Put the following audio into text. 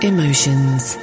Emotions